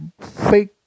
fake